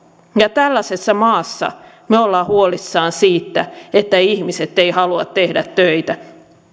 tällaisessa maassa me olemme huolissamme siitä että ihmiset eivät halua tehdä töitä